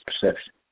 perception